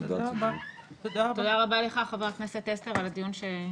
תודה רבה לך חבר הכנסת טסלר על הדיון.